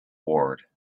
ward